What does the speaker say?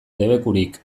debekurik